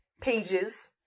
pages